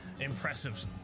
impressive